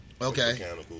Okay